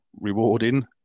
rewarding